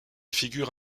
figures